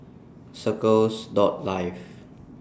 Circles Dog Life